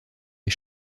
les